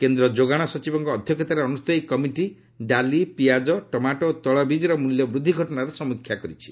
କେନ୍ଦ୍ର ଯୋଗାଣ ସଚିବଙ୍କ ଅଧ୍ୟକ୍ଷତାରେ ଅନୁଷ୍ଠିତ ଏହି କମିଟି ଡାଲି ପିଆଜ ଟମାଟୋ ଓ ତୈଳବୀଜର ମ୍ବଲ୍ୟବୃଦ୍ଧି ଘଟଣାର ସମୀକ୍ଷା କରିଛି